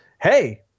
hey